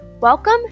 Welcome